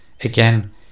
again